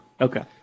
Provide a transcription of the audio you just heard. Okay